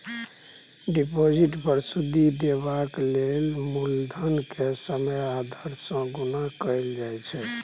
deposit पर सुदि गिनबाक लेल मुलधन केँ समय आ दर सँ गुणा कएल जाइ छै